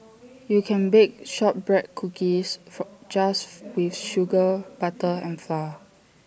you can bake Shortbread Cookies just with sugar butter and flour